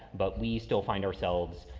but we still find ourselves,